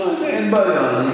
אין בעיה.